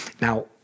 Now